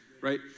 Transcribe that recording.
right